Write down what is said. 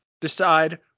decide